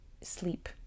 sleep